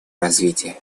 развитие